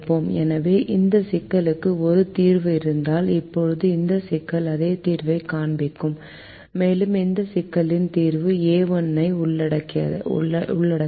எனவே இந்த சிக்கலுக்கு ஒரு தீர்வு இருந்தால் இப்போது இந்த சிக்கல் அதே தீர்வைக் காண்பிக்கும் மேலும் இந்த சிக்கல்களின் தீர்வு a1 ஐ உள்ளடக்காது